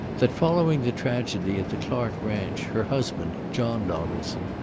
that following the tragedy at the clark ranch her husband, john donaldson,